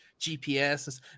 gps